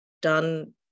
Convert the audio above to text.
done